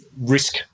risk